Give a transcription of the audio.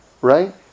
right